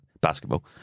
basketball